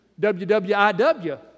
WWIW